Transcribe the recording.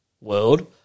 world